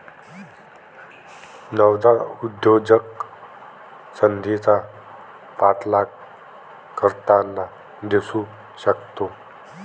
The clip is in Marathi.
नवजात उद्योजक संधीचा पाठलाग करताना दिसू शकतो